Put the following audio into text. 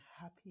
Happy